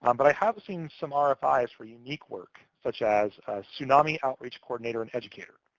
um but i have seen some ah rfi's for unique work, such as tsunami outreach coordinator and educator.